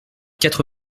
quatre